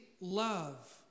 love